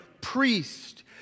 priest